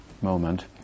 moment